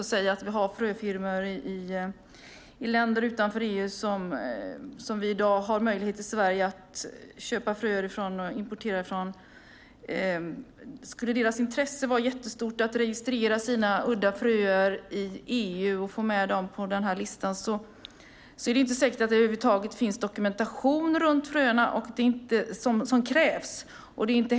Skulle fröfirmor i länder utanför EU som vi i Sverige i dag har möjlighet att importera fröer från ha ett mycket stort intresse för att registrera sina udda fröer i EU och få med dem på sortlistan är det inte säkert att den dokumentation som krävs om fröerna över huvud taget finns.